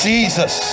Jesus